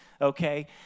okay